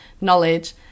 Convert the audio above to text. knowledge